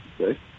Okay